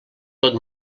tot